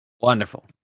Wonderful